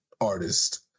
artist